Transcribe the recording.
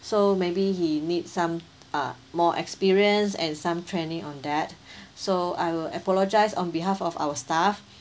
so maybe he need some ah more experience and some training on that so I will apologise on behalf of our staff